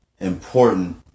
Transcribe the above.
important